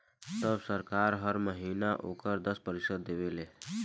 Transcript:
तब सरकार हर महीना ओकर दस प्रतिशत देवे ले